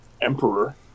emperor